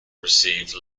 receive